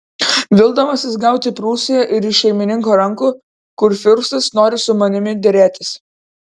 vildamasis gauti prūsiją ir iš šeimininko rankų kurfiurstas nori su manimi derėtis